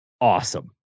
awesome